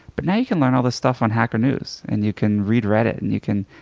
but now you can learn all this stuff on hacker news and you can read reddit and you can